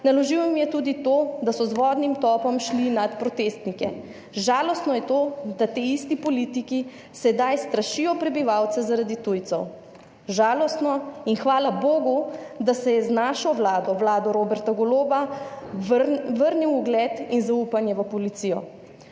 Naložil jim je tudi to, da so z vodnim topom šli nad protestnike. Žalostno je to, da ti isti politiki sedaj strašijo prebivalce zaradi tujcev, žalostno. In hvala bogu, da se je z našo Vlado, Vlado Roberta Goloba, vrnil ugled in zaupanje v policijo.